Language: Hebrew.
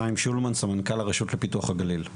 חיים שולמן סמנכ"ל הרשות לפיתוח הגליל,